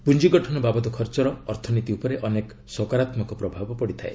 ପୁଞ୍ଜିଗଠନ ବାବଦ ଖର୍ଚ୍ଚର ଅର୍ଥନୀତି ଉପରେ ଅନେକ ସକାରାତ୍ମକ ପ୍ରଭାବ ପଡ଼ିଥାଏ